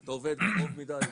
אתה עובד קרוב מידי,